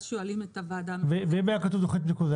שואלים את הוועדה --- ואם זה היה נשאר תוכנית ניקוז,